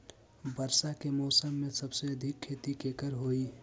वर्षा के मौसम में सबसे अधिक खेती केकर होई?